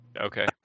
Okay